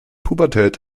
pubertät